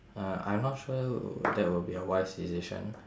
uh I'm not sure w~ that would be a wise decision